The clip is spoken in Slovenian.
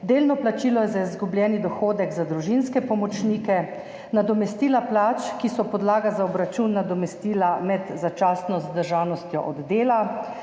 delno plačilo za izgubljeni dohodek za družinske pomočnike, nadomestila plač, ki so podlaga za obračun nadomestila med začasno zadržanostjo od dela,